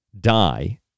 die